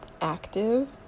active